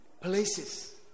Places